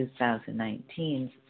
2019